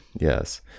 Yes